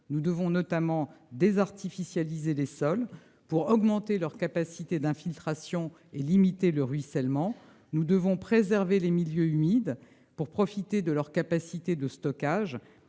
Nous devons notamment désartificialiser des sols pour augmenter leur capacité d'infiltration et limiter le ruissellement. Nous devons préserver les milieux humides pour profiter de leur capacité de stockage.